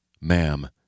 ma'am